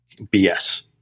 BS